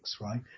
right